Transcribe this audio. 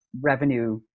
revenue